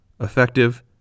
effective